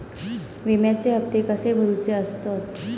विम्याचे हप्ते कसे भरुचे असतत?